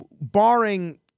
barring